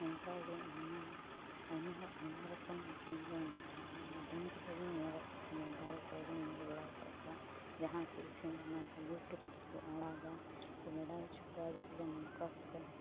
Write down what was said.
ᱚᱱᱠᱟᱜᱮ ᱟᱭᱢᱟ ᱟᱭᱢᱟ ᱦᱚᱲ ᱟᱭᱢᱟ ᱨᱚᱠᱚᱢ ᱤᱥᱤᱱᱵᱚᱱ ᱵᱟᱰᱟᱭᱟ ᱟᱫᱚᱢ ᱠᱚᱫᱚᱵᱚᱱ ᱧᱮᱞ ᱟᱠᱟᱫᱟ ᱢᱳᱵᱟᱭᱤᱞ ᱠᱚᱨᱮᱵᱚᱱ ᱧᱮᱞ ᱵᱟᱲᱟ ᱟᱠᱟᱫ ᱠᱚᱣᱟ ᱡᱟᱦᱟᱸᱠᱚ ᱤᱥᱤᱱ ᱚᱱᱟᱠᱚ ᱤᱭᱩᱴᱩᱵᱽ ᱨᱮᱠᱚ ᱟᱲᱟᱜᱼᱟ ᱟᱨᱠᱚ ᱵᱟᱰᱟᱭ ᱚᱪᱚ ᱠᱚᱣᱟ ᱵᱚᱞᱮ ᱱᱚᱝᱠᱟ ᱠᱟᱛᱮ